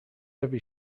every